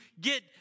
get